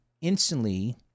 instantly